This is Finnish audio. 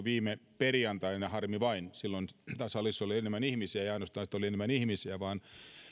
viime perjantaina harmi vain silloin täällä salissa oli enemmän ihmisiä ja ei ainoastaan ollut enemmän ihmisiä vaan